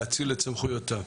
להאציל את סמכויותיו.